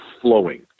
flowing